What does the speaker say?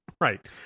right